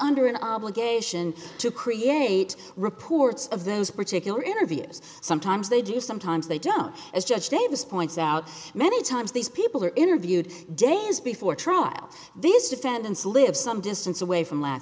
under an obligation to create reports of those particular interviews sometimes they do sometimes they don't as judge davis points out many times these people are interviewed days before trial these defendants live some distance away from la